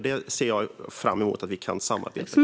Det ser jag fram emot att vi kan samarbeta om.